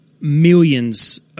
millions